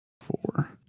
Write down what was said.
four